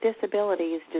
disabilities